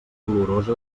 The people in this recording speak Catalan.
dolorosa